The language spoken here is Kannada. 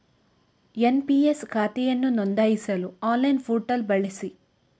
ಎನ್.ಪಿ.ಎಸ್ ಖಾತೆಯನ್ನು ನೋಂದಾಯಿಸಲು ಆನ್ಲೈನ್ ಪೋರ್ಟಲ್ ಬಳಸಿ